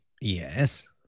yes